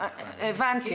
הבנתי.